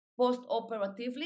post-operatively